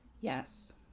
Yes